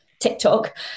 TikTok